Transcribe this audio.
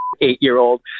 eight-year-old